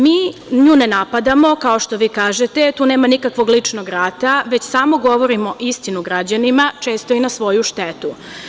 Mi nju ne napadamo, kao što vi kažete, tu nema nikakvog ličnog rata, već samo govorimo istinu građanima, često i na svoju štetu.